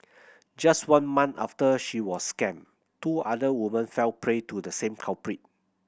just one month after she was scammed two other women fell prey to the same culprit